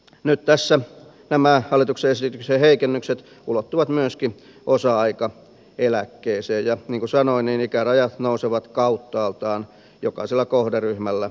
nyt nämä hallituksen esityksen heikennykset ulottuvat myöskin osa aikaeläkkeeseen ja niin kuin sanoin ikärajat nousevat kauttaaltaan jokaisella kohderyhmällä vuodella